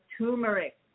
turmeric